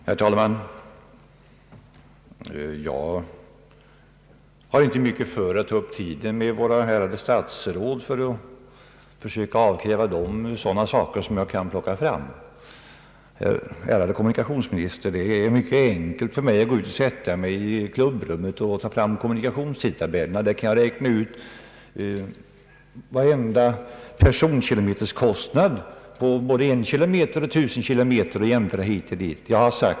Herr talman! Jag har inte mycket för att jag tar upp tiden med våra ärade statsråd för att försöka avkräva dem sådana uppgifter som jag själv kan plocka fram. Ärade kommunikationsminister, det är mycket enkelt för mig att gå till klubbrummet och ta fram kommunikationstabellen. Där kan jag räkna fram varenda personkilometerkostnad på både en och på tusen kilometer och jämföra hit och dit.